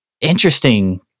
Interesting